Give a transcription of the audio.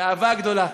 אהבה גדולה.